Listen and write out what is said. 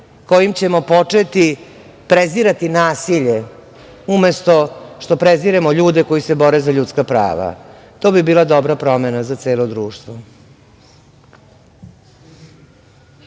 kojim ćemo početi prezirati nasilje, umesto što preziremo ljude koji se bore za ljudska prava. To bi bila dobra promena za celo društvo.